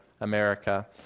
America